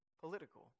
political